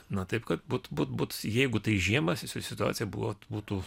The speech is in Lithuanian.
na taip kad būt būt jeigu tai žiemą si situacija buvo būtų